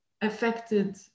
affected